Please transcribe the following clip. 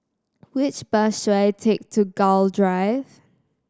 which bus should I take to Gul Drive